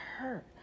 hurt